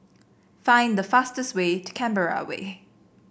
find the fastest way to Canberra Way